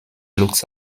looks